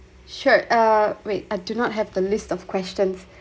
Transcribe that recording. sure ah wait I do not have the list of questions